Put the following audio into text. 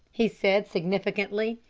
he said significantly.